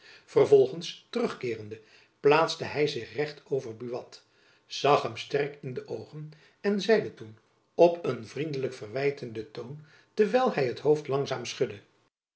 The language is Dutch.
vervolgends terugkeerende plaatste hy zich recht over buat zag hem sterk in de oogen en zeide toen op een vriendelijk verwijtenden toon terwijl hy het hoofd langzaam schudde